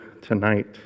tonight